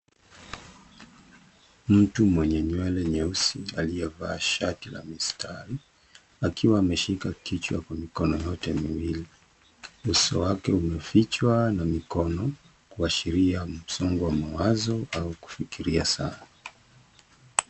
Mtu mwenye nywele nyeusi aliyevaa shati la mistari akiwa ameshika kichwa kwa mikono yote miwili. Uso wake umefichwa na mikono kuashiria msongo wa mawazo au kufikiria sana.